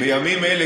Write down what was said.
בימים אלה,